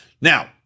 Now